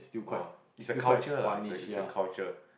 !wah! is a culture lah is a is a culture